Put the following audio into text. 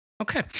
Okay